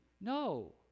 No